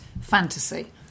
fantasy